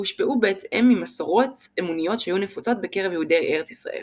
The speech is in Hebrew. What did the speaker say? והושפעו בהתאם ממסורות אמוניות שהיו נפוצות בקרב יהודי ארץ ישראל.